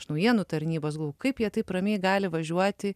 iš naujienų tarnybos kaip jie taip ramiai gali važiuoti